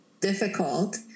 difficult